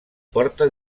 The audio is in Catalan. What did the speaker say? porta